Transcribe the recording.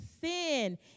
sin